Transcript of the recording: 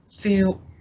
feel